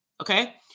okay